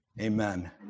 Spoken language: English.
Amen